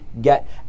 get